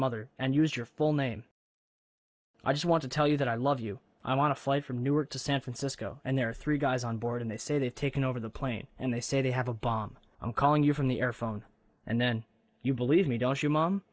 mother and use your full name i just want to tell you that i love you i want a flight from newark to san francisco and there are three guys on board and they say they've taken over the plane and they say they have a bomb i'm calling you from the air phone and then you believe me don't you mom